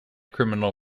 criminal